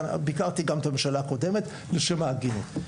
ביקרתי גם את הממשלה הקודמת, לשם ההגינות.